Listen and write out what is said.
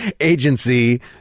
agency